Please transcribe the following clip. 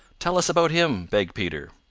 tell us about him, begged peter.